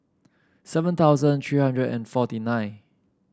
seven thousand three hundred and forty nine